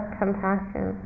compassion